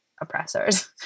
oppressors